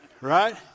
Right